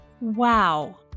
Wow